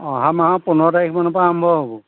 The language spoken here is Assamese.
অহা মাহৰ পোন্ধৰ তাৰিখমানৰ পৰা আৰম্ভ হ'ব